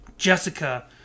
Jessica